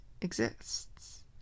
exists